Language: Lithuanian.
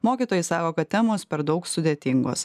mokytojai sako kad temos per daug sudėtingos